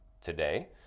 today